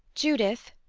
judith,